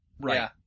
right